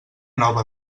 nova